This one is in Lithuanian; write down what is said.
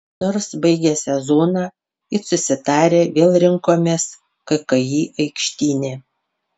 nors baigę sezoną it susitarę vėl rinkomės kki aikštyne